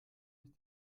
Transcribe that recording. ist